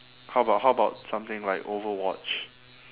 how about how about something like overwatch